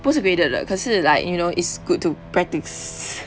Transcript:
不是 graded 的可是 like you know it's good to practice